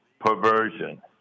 perversion